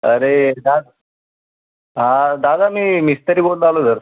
अरे दाद हां दादा मी मिस्त्री बोलून राहिलो धर